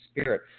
spirit